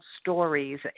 stories